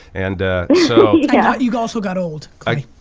and so yeah you also got old, clay.